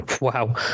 wow